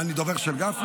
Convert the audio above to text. מה, אני הדובר של גפני?